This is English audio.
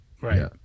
Right